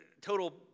total